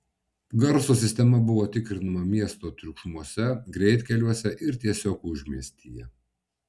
garso sistema buvo tikrinama miesto triukšmuose greitkeliuose ir tiesiog užmiestyje